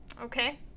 Okay